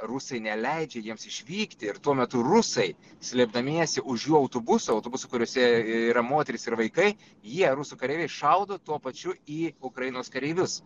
rusai neleidžia jiems išvykti ir tuo metu rusai slėpdamiesi už jų autobuso autobusų kuriuose yra moterys ir vaikai jie rusų kareiviai šaudo tuo pačiu į ukrainos kareivius